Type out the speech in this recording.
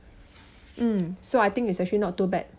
mm so I think is actually not too bad